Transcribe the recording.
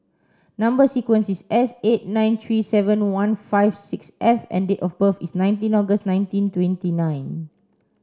number sequence is S eight nine three seven one five six F and date of birth is nineteen August nineteen twenty nine